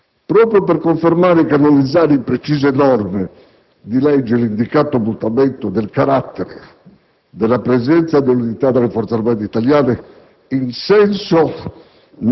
Proprio per confermare e canonizzare in precise norme di legge l'indicato mutamento del carattere della presenza delle unità delle Forze armate italiane in senso